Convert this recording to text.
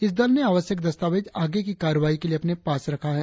इस दल ने आवश्यक दस्तावेज आगे की कार्रवाई के लिए अपने पास रखा है